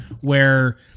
where-